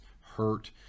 hurt